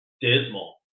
dismal